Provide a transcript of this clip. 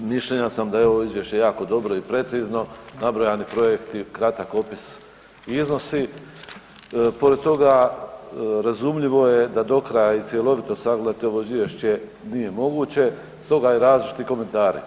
Mišljenja sam da je ovo izvješće jako dobro i precizno, nabrojani projekti, kratak opis i iznosi, pored toga razumljivo je da dokraja i cjelovito sagledate ovo izvješće, nije moguće, stoga i različiti komentari.